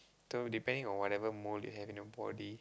so depending on whatever mole you have in your body